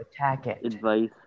advice